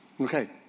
Okay